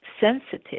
sensitive